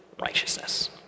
righteousness